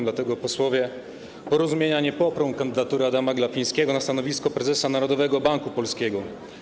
Dlatego posłowie Porozumienia nie poprą kandydatury Adama Glapińskiego na stanowisko prezesa Narodowego Banku Polskiego.